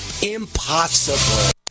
Impossible